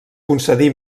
concedí